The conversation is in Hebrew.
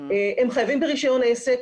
הם חייבים ברישיון עסק,